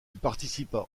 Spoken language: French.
participa